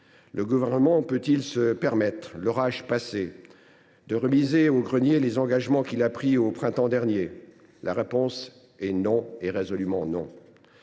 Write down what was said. Le Gouvernement peut il se permettre, l’orage passé, de remiser au grenier les engagements qu’il a pris au printemps dernier ? La réponse est non, et résolument non.